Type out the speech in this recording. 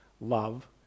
love